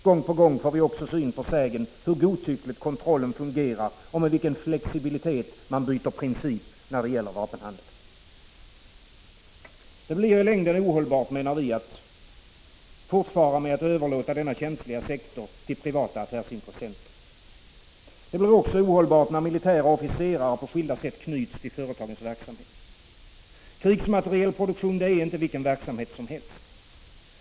Gång på gång får vi också syn för sägen hur godtyckligt kontrollen fungerar och med vilken flexibilitet man byter princip när det gäller vapenhandel. Det blir i längden ohållbart, menar vi, att fortfara med att överlåta denna känsliga sektor till privata affärsintressenter. Det blir också ohållbart när militära officerare på skilda sätt knyts till företagens verksamhet. Krigsmaterielproduktion är inte vilken verksamhet som helst.